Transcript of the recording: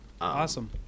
Awesome